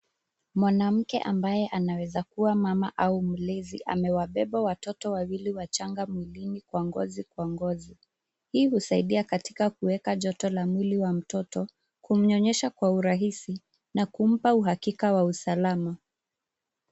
Mwanamke ambaye anawezakuwa mama au mlezi amewabeba watoto wawili wachanga mwilini kwa ngozi kwa ngozi. Hii husaidia katika kuweka joto la mwili wa mtoto, kumnyonyesha kwa urahisi na kumpa uhakika wa usalama.